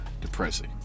depressing